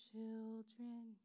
children